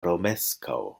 romeskaŭ